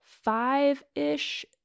five-ish